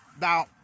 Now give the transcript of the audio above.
now